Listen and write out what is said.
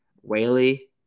Whaley